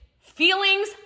Feelings